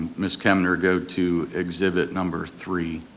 miss kemner go to exhibit number three